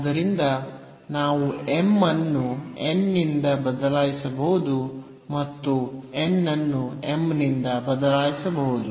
ಆದ್ದರಿಂದ ನಾವು m ಅನ್ನು n ನಿಂದ ಬದಲಾಯಿಸಬಹುದು ಮತ್ತು n ಅನ್ನು m ನಿಂದ ಬದಲಾಯಿಸಬಹುದು